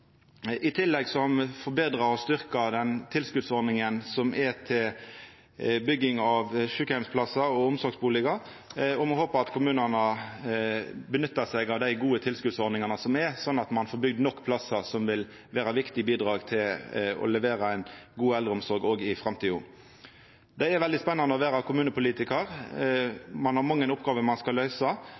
testa. I tillegg har me forbetra og styrkt tilskotsordninga til bygging av sjukeheimsplassar og omsorgsbustader, og me håper at kommunane nyttar seg av dei gode tilskotsordningane som er, sånn at ein får bygd nok plassar, som vil vera viktige bidrag til å levera ei god eldreomsorg òg i framtida. Det er veldig spennande å vera kommunepolitikar. Ein har mange oppgåver ein skal løysa,